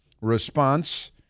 response